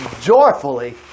joyfully